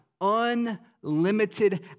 unlimited